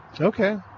Okay